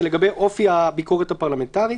זה לגבי אופי הביקורת הפרלמנטרית.